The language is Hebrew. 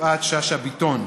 יפעת שאשא ביטון.